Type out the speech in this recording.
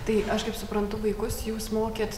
tai aš kaip suprantu vaikus jūs mokėt